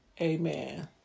Amen